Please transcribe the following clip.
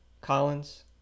Collins